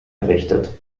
errichtet